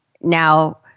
now